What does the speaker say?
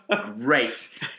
Great